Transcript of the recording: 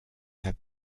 have